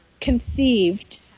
conceived